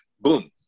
boom